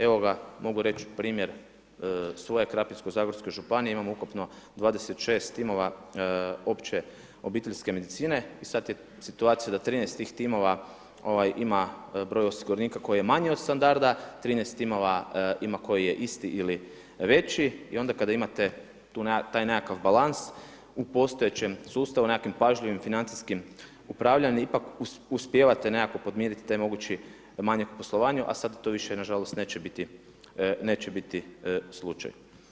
Evo ga, mogu reć primjer svoje Krapinsko-zagorske županije, imamo ukupno 26 timova opće obiteljske medicine i sad je situacija da 13 tih tomova ima broj osiguranika koji je manji od standarda, 13 timova ima koji je isti ili veći i onda kada imate taj nekakav balans, u postojećem sustavu u nekakvim pažljivim financijskim upravljanjem, ipak uspijevate nekako podmiriti taj mogući manjak u poslovanju a sad to više nažalost neće biti slučaj.